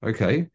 Okay